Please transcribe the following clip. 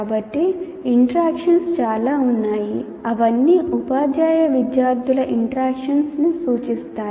కాబట్టి ఇంట్రాక్షన్స్ చాలా ఉన్నాయి అవన్నీ ఉపాధ్యాయ విద్యార్థుల ఇంట్రాక్షన్స్ సూచిస్తాయి